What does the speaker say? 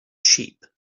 sheep